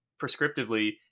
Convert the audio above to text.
prescriptively